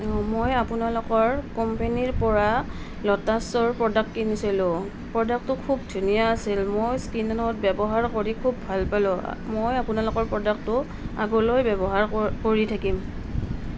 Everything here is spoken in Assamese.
অঁ মই আপোনালোকৰ কোম্পানীৰ পৰা ল'টাচৰ প্ৰডাক্ট কিনিছিলোঁ প্ৰডাক্টটো খুব ধুনীয়া আছিল মোৰ স্কিনত ব্যৱহাৰ কৰি খুব ভাল পালোঁ মই আপোনালোকৰ প্ৰডাক্টটো আগলৈ ব্যৱহাৰ ক কৰি থাকিম